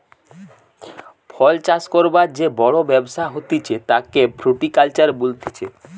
ফল চাষ করবার যে বড় ব্যবসা হতিছে তাকে ফ্রুটিকালচার বলতিছে